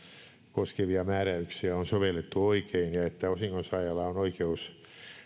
koskevia määräyksiä on sovellettu oikein ja että osingonsaajalla on oikeus